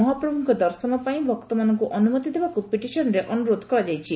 ମହାପ୍ରଭୁଙ୍କ ଦର୍ଶନ ପାଇଁ ଭକ୍ତମାନଙ୍କୁ ଅନୁମତି ଦେବାକୁ ପିଟିସନ୍ରେ ଅନୁରୋଧ କରାଯାଇଛି